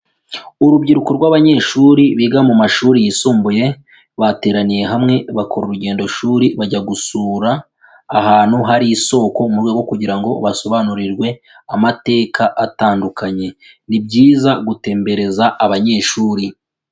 Urubyiruko rw'abanyeshuri biga mu mashuri yisumbuye bateraniye hamwe bakora urugendo shuri bajya gusura ahantu hari isoko mu rwego kugira ngo basobanurirwe amateka atandukanye, ni byiza gutembereza abanyeshuri.